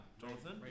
Jonathan